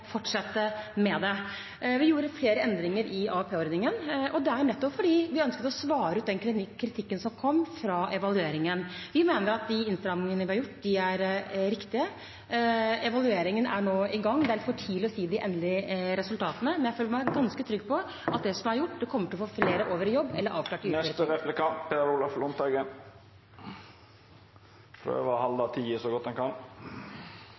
fortsette med det. Vi gjorde flere endringer i AAP-ordningen, og det var nettopp fordi vi ønsket å svare ut den kritikken som kom fra evalueringen. Vi mener at de innstrammingene vi har gjort, er riktige. Evalueringen er nå i gang, og det er litt for tidlig å si hva de endelige resultatene er. Men jeg er ganske trygg på at det som er gjort, kommer til å få flere over i jobb eller avklart til uføretrygd. Nav fungerer svært dårlig for våre naboer som trenger Navs hjelp. Poenget med Nav var